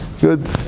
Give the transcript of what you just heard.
Good